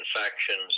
factions